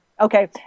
Okay